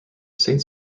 saint